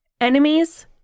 enemies